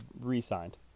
re-signed